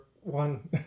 one